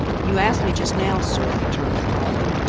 you asked me just now, sir, he turned to tarling,